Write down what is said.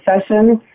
sessions